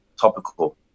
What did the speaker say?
topical